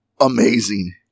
amazing